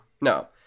No